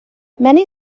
many